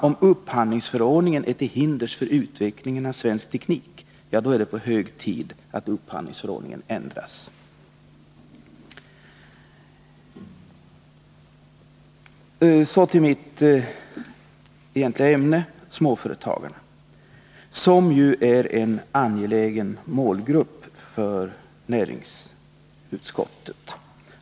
Om upphandlingsförordningen är till hinders för utvecklingen av svensk teknik är det hög tid att upphandlingsförordningen ändras. Så till mitt egentliga ämne, småföretagarna, som ju är en angelägen målgrupp för näringsutskottet.